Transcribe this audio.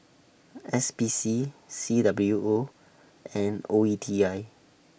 S P C C W O and O E T I